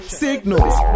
signals